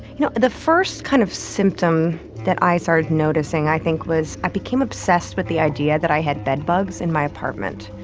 you know, the first kind of symptom that i started noticing i think was i became obsessed with the idea that i had bedbugs in my apartment.